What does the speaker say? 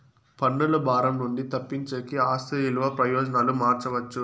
పన్నుల భారం నుండి తప్పించేకి ఆస్తి విలువ ప్రయోజనాలు మార్చవచ్చు